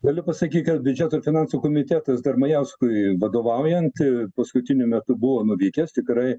galiu pasakyt kad biudžeto ir finansų komitetas dar majauskui vadovaujant paskutiniu metu buvo nuvykęs tikrai